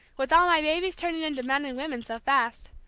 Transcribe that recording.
with all my babies turning into men and women so fast.